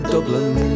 Dublin